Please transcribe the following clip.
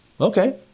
Okay